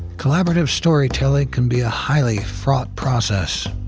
collaborative storytelling can be a highly fraught process.